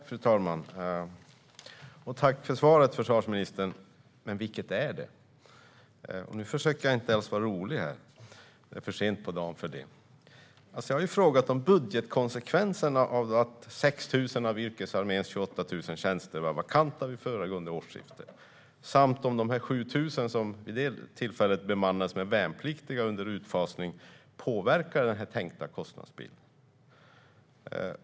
Fru talman! Tack för svaret, försvarsministern! Men vilket svar är det? Nu försöker jag inte ens vara rolig. Det är för sent på dagen för det. Jag har frågat efter budgetkonsekvenserna av att 6 000 av yrkesarméns 28 000 tjänster var vakanta vid föregående årsskifte. Dessutom har jag frågat om de 7 000 tjänster som vid det tillfället bemannades med värnpliktiga under utfasning påverkar den tänkta kostnadsbilden.